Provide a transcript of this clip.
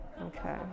okay